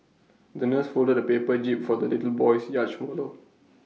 the nurse folded A paper jib for the little boy's yacht model